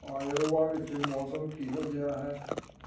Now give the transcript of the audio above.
Iowa ਵਿੱਚ ਮੌਸਮ ਕਿਹੋ ਜਿਹਾ ਹੈ